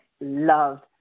loved